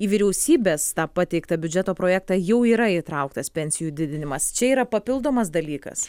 į vyriausybės pateiktą biudžeto projektą jau yra įtrauktas pensijų didinimas čia yra papildomas dalykas